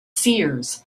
seers